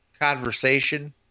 conversation